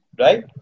right